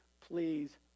please